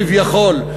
כביכול,